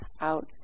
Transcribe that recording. out